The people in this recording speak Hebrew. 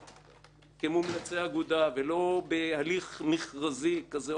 כמומלצי אגודה ולא בהליך מכרזי כזה או אחר.